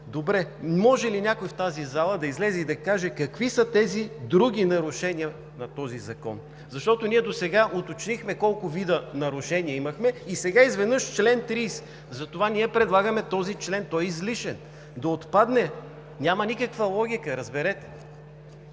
Добре, може ли някой в тази зала да излезе и да каже какви са тези други нарушения по този закон? Досега уточнихме колко вида нарушения имаме, и сега изведнъж чл. 30. Затова ние предлагаме чл. 30, който е излишен, да отпадне. Няма никаква логика, разберете.